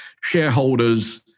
shareholders